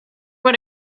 what